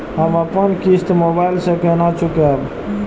हम अपन किस्त मोबाइल से केना चूकेब?